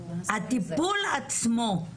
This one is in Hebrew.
הטיפול עצמו.